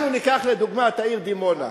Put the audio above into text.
אנחנו ניקח לדוגמה את העיר דימונה.